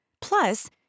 Plus